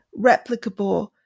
replicable